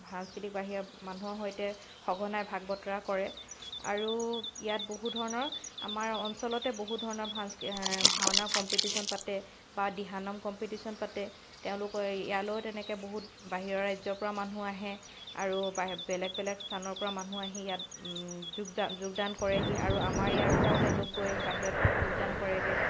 সাংস্কৃতিক বাহিৰা মানুহৰ সৈতে সঘনাই ভাগ বতৰা কৰে আৰু ইয়াত বহু ধৰণৰ আমাৰ অঞ্চলতে বহু ধৰণৰ সংস্ ভাওনা কম্পিটিশ্যন পাতে বা দিহা নাম কম্পিটিশ্যন পাতে তেওঁলোকৰ এই ইয়ালেও তেওঁলোকৰ বহুত বাহিৰৰ ৰাজ্যৰ পৰা মানুহ আহে আৰু বাহি বেলেগ বেলেগ স্থানৰ পৰা মানুহ আহি ইয়াত যোগজা যোগদান কৰেহি আৰু আমাৰ ইয়াৰ পৰাও তেওঁলোক গৈ বাহিৰত যোগদান কৰেগৈ